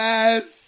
Yes